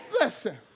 Listen